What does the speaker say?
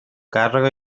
càrrega